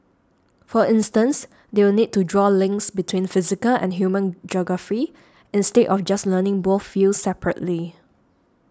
for instance they will need to draw links between physical and human geography instead of just learning both fields separately